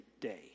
day